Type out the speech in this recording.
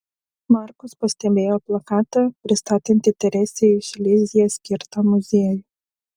markus pastebėjo plakatą pristatantį teresei iš lizjė skirtą muziejų